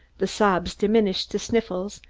the sobs diminished to sniffles,